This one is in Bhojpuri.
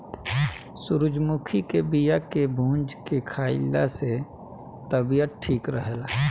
सूरजमुखी के बिया के भूंज के खाइला से तबियत ठीक रहेला